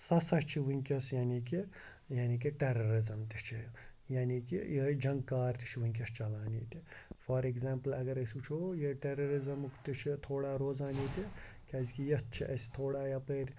سُہ ہَسا چھِ وٕنکٮ۪س یعنی کہِ یعنی کہِ ٹررِزٕم تہِ چھِ یعنی کہِ یِہٲے جنگ کار تہِ چھُ وٕنکٮ۪س چلان ییٚتہِ فار اٮ۪کزامپٕل اگر أسۍ وٕچھو یہِ ٹَررَرِزمُک تہِ چھُ تھوڑا روزان ییٚتہِ کیٛازِکہِ یَتھ چھِ اَسہِ تھوڑا یَپٲرۍ